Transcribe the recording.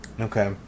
Okay